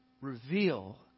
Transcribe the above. reveal